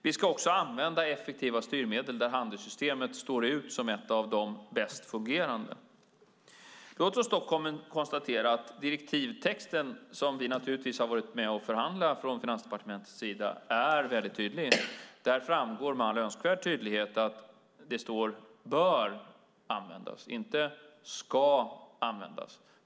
Vi ska också använda effektiva styrmedel, där handelssystemet står ut som ett av de bäst fungerande. Låt oss då konstatera att direktivtexten, som vi från Finansdepartementets sida naturligtvis har varit med och förhandlat fram, är väldigt tydlig. Där framgår med all önskvärd tydlighet att det står "bör" användas, inte "ska" användas.